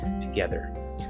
together